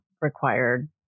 required